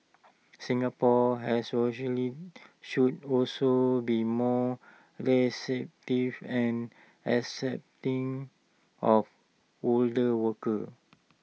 Singapore as socially should also be more receptive and accepting of older workers